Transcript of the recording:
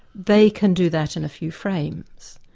they can do that in a few frames.